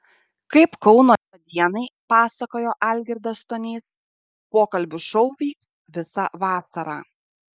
kaip kauno dienai pasakojo algirdas stonys pokalbių šou vyks visą vasarą